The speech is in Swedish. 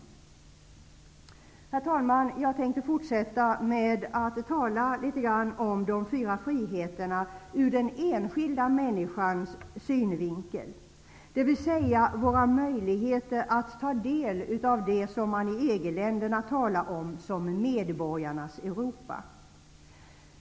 Jag tänkte fortsätta mitt anförande med att tala om de fyra friheterna ur den enskilda människans synvinkel, dvs. våra möjligheter att ta del av det som man i EG-länderna talar om som ett medborgarnas Europa.